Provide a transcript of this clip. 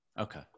Okay